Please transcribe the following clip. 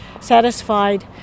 satisfied